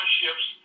ships